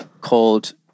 called